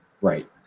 Right